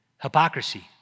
Hypocrisy